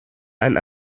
ein